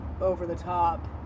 over-the-top